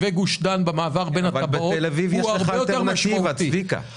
אבל אין להם תחבורה ציבורית.